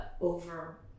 over